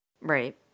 Right